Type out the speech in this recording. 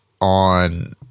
on